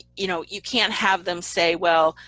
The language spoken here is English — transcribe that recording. you know you can't have them say, well,